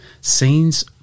Scenes